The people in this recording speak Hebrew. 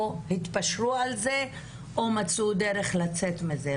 שהתפשרו על זה או שמצאו דרך לצאת מזה.